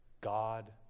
God